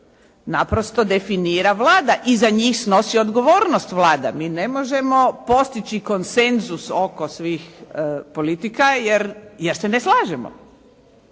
naprosto definira Vlada i za njih snosi odgovornost Vlada. Mi ne možemo postići konsenzus oko svih politika jer se ne slažemo,